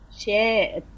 share